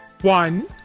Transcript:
One